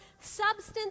substance